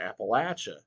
Appalachia